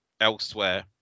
elsewhere